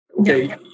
Okay